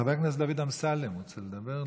חבר הכנסת דוד אמסלם, רוצה לדבר?